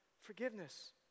forgiveness